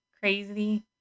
crazy